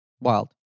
wild